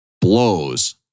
blows